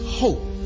hope